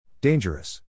Dangerous